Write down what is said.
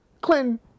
Clinton